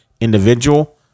individual